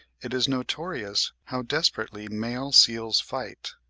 it is notorious how desperately male seals fight,